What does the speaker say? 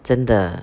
真的